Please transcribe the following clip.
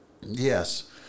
Yes